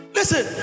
Listen